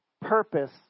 purpose